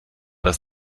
das